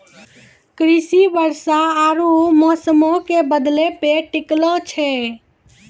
कृषि वर्षा आरु मौसमो के बदलै पे टिकलो छै